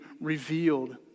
revealed